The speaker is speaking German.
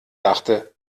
dachte